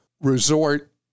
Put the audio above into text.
resort